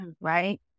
right